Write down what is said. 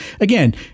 again